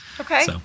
Okay